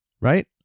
Right